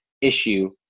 issue